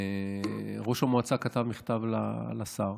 וראש המועצה כתב מכתב לשר,